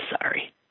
sorry